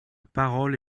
parole